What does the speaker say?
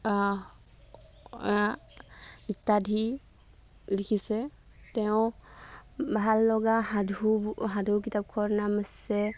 ইত্যাদি লিখিছে তেওঁ ভাল লগা সাধু সাধু কিতাপৰ নাম হৈছে